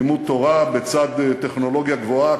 לימוד תורה בצד טכנולוגיה גבוהה,